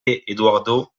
eduardo